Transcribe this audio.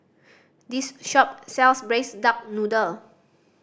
this shop sells Braised Duck Noodle